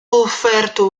offerto